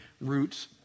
roots